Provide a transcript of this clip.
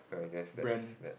I guess that's that